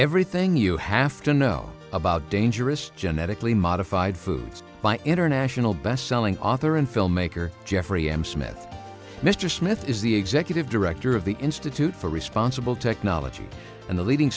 everything you have to know about dangerous gen ethically modified foods by international best selling author and filmmaker jeffrey m smith mr smith is the executive director of the institute for responsible technology and the leading